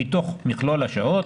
מתוך מכלול השעות.